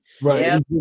Right